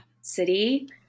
city